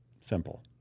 simple